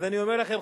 אז אני אומר לכם,